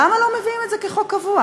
למה לא מביאים את זה כחוק קבוע?